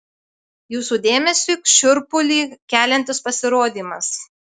jūsų dėmesiui šiurpulį keliantis pasirodymas